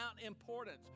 importance